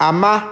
Ama